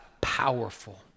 powerful